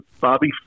Bobby